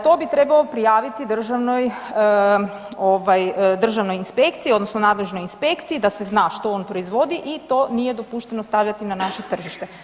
To bi trebao prijaviti državnoj ovaj državnoj inspekciji odnosno nadležnoj inspekciji da se zna što on proizvodi i to nije dopušteno stavljati na naše tržište.